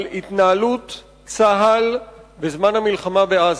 על התנהלות צה"ל בזמן המלחמה בעזה.